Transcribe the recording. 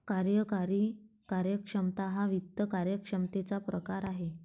कार्यकारी कार्यक्षमता हा वित्त कार्यक्षमतेचा प्रकार आहे